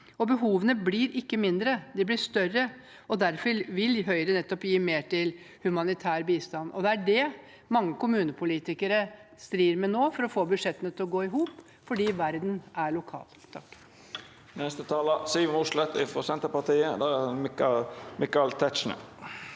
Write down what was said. Behovene blir ikke mindre, de blir større. Derfor vil Høyre gi mer til humanitær bistand. Det er det mange kommunepolitikere nå strir med for å få budsjettene til å gå i hop – fordi verden er lokal.